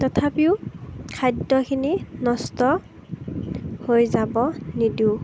তথাপিও খাদ্যখিনি নষ্ট হৈ যাব নিদিওঁ